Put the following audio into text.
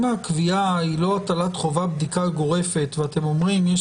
אם הקביעה היא לא הטלת חובת בדיקה גורפת ואתם אומרים שיש